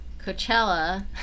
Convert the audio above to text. Coachella